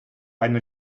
eine